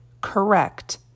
correct